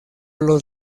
los